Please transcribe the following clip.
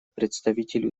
представителю